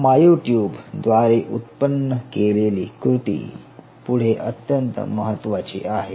माअयो tube द्वारे उत्पन्न केलेली कृती पुढे अत्यंत महत्त्वाचे आहे